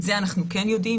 את זה אנחנו כן יודעים.